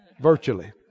virtually